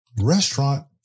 restaurant